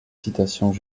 citations